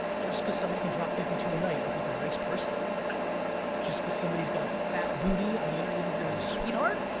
just because somebody can drop fifty two a night you think they're a nice person just because somebody's got a fat booty on the inner you think there's sweetheart,